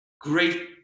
great